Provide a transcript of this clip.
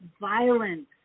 violence